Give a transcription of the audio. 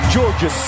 Georgia